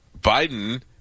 Biden